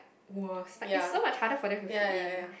worse like it's so much harder for them to fit in